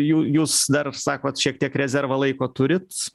jū jūs dar sakot šiek tiek rezervą laiko turit